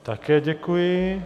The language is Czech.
Také děkuji.